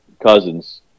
Cousins